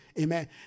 amen